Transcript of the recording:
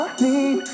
need